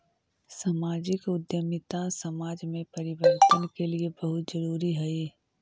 सामाजिक उद्यमिता समाज में परिवर्तन के लिए बहुत जरूरी हई